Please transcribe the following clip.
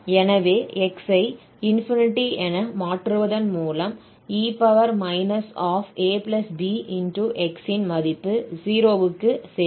எனவே x ஐ என மாற்றுவதன் மூலம் e abx ன் மதிப்பு 0 க்குச் செல்லும்